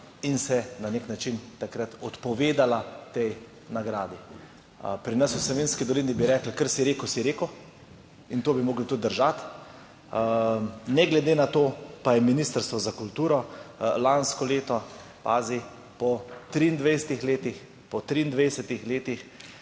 in se na nek način takrat odpovedala tej nagradi. Pri nas v Savinjski dolini bi rekli, kar si rekel, si rekel, in to bi morali tudi držati. Ne glede na to pa je Ministrstvo za kulturo lansko leto pazi po 23 letih, po 23 letih